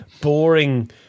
boring